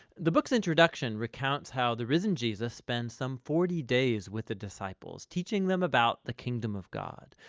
the book's introduction recounts how the risen jesus spend some forty days with the disciples, teaching them about the kingdom of god.